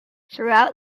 throughout